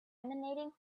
emanating